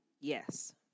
Yes